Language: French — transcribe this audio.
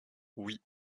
oui